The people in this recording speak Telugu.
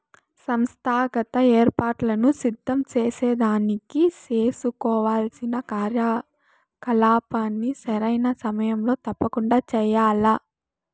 సంస్థాగత ఏర్పాట్లను సిద్ధం సేసేదానికి సేసుకోవాల్సిన కార్యకలాపాల్ని సరైన సమయంలో తప్పకండా చెయ్యాల్ల